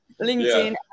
linkedin